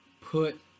put